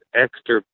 extra